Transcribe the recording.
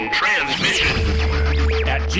transmission